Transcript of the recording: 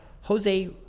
Jose